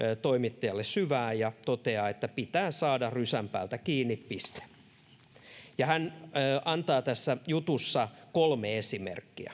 toimittajalle syvään ja toteaa että pitää saada rysän päältä kiinni ja hän antaa tässä jutussa kolme esimerkkiä